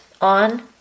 on